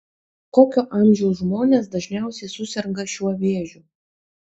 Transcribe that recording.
kokio amžiaus žmonės dažniausiai suserga šiuo vėžiu